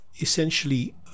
essentially